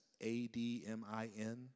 A-D-M-I-N